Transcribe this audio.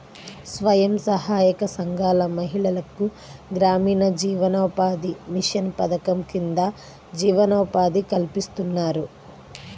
స్వయం సహాయక సంఘాల మహిళలకు గ్రామీణ జీవనోపాధి మిషన్ పథకం కింద జీవనోపాధి కల్పిస్తున్నారు